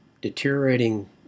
deteriorating